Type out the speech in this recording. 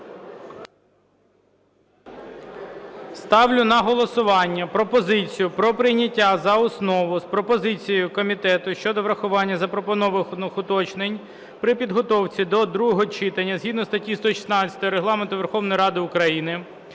Ставлю на голосування пропозицію про прийняття за основу з пропозицією комітету щодо врахування запропонованих уточнень при підготовці до другого читання згідно статті 116 Регламенту Верховної Ради України